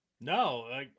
no